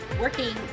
working